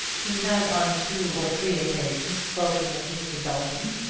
he had on two or three occasions spoken of mr. belton,